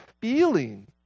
feeling